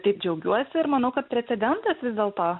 taip džiaugiuosi ir manau kad precedentas vis dėlto